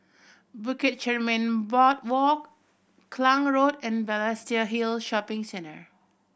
Bukit Chermin Boardwalk Klang Road and Balestier Hill Shopping Centre